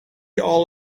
all